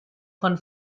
von